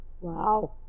wow